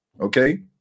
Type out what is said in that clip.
Okay